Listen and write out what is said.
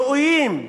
ראויים,